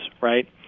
Right